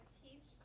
teach